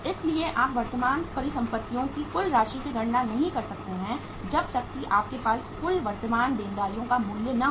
इसलिए आप वर्तमान परिसंपत्तियों की कुल राशि की गणना नहीं कर सकते हैं जब तक कि आपके पास कुल वर्तमान देनदारियों का मूल्य न हो